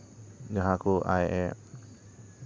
ᱡᱟᱦᱟᱸ ᱠᱚ ᱟᱡ ᱮ